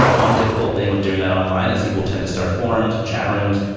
one difficult thing with doing that online is people tend to start forums and chat rooms.